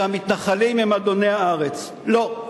שהמתנחלים הם אדוני הארץ, לא,